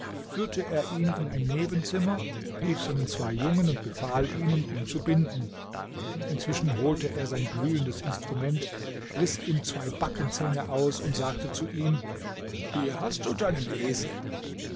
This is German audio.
führte er ihn in ein nebenzimmer rief seinen zwei jungen und befahl ihnen ihn zu binden inzwischen holte er sein glühendes instrument riß ihm zwei backenzähne aus und sagte zu ihm hier hast du deinen esel